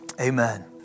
amen